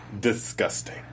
disgusting